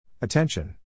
Attention